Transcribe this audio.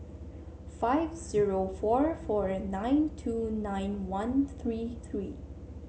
five zero four four nine two nine one three three